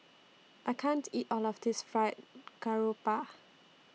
I can't eat All of This Fried Garoupa